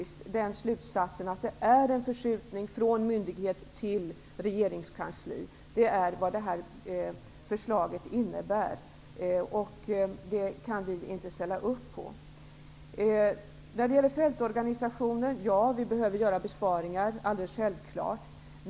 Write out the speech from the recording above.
Slutsatsen att det sker en förskjutning från myndigheter till regeringskansli kvarstår. Det är vad detta förslag innebär, och det kan vi inte ställa upp på. Vi behöver självfallet göra besparingar inom fältorganisationen.